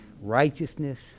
Righteousness